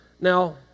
Now